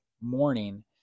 morning